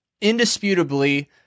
indisputably